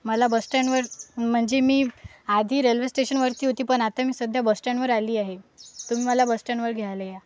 मला बस स्टॅन्डवर म्हणजे मी आधी रेल्वे स्टेशनवर होती पण आता मी सध्या बस स्टॅन्डवर आली आहे तुम्ही मला बस स्टॅन्डवर घ्यायला या